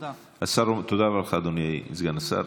תודה לך, אדוני, סגן השר.